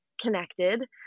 connected